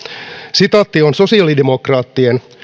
sitaatti on sosiaalidemokraattien